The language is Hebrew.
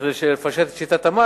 כדי לפשט את שיטת המס.